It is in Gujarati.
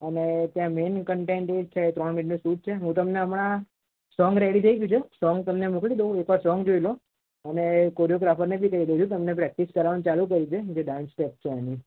અને ત્યાં મેઈન કન્ટેન્ટ એ જ છે ત્રણ મિનિટનું શૂટ છે હું તમને હમણાં સોંગ રેડી થઈ ગયું છે સોંગ તમને મોકલી દઉં એકવાર સોંગ જોઈ લો અને કોરિયોગરાફરને બી કહી દઉં છું તમને પ્રેક્ટિસ કરાવવાનું ચાલું કરી દે જે ડાન્સ સ્ટેપ છે એની